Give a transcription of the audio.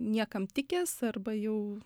niekam tikęs arba jau